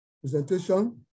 presentation